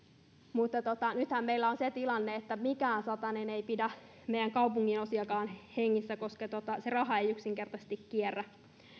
mutta nythän meillä on se tilanne että mikään satanen ei pidä meidän kaupunginosiakaan hengissä koska se raha ei yksinkertaisesti kierrä